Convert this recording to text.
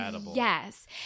yes